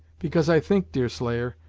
because i think, deerslayer,